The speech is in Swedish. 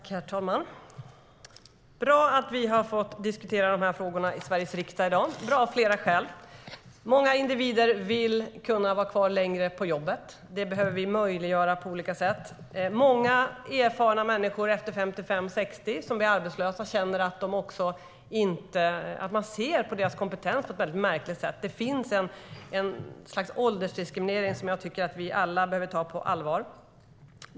Herr talman! Det är bra att vi har fått diskutera de här frågorna i Sveriges riksdag i dag. Det är bra av flera skäl. Många individer vill kunna vara kvar längre på jobbet. Det behöver vi möjliggöra på olika sätt. Många erfarna människor som är 55-60 år och är arbetslösa känner att man ser på deras kompetens på ett väldigt märkligt sätt. Det finns ett slags åldersdiskriminering som vi alla behöver ta på allvar.